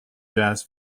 jazz